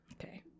okay